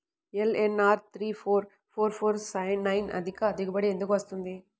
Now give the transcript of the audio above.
LNR three four four four nine అధిక దిగుబడి ఎందుకు వస్తుంది?